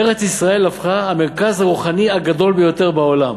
ארץ-ישראל הפכה המרכז הרוחני הגדול ביותר בעולם.